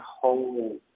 whole